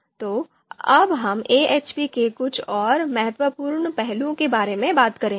तो अब हम AHPके कुछ और महत्वपूर्ण पहलुओं के बारे में बात करेंगे